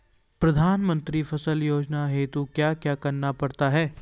प्रधानमंत्री फसल योजना हेतु क्या क्या करना पड़ता है?